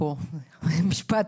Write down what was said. אפרופו משפט